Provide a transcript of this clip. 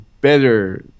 better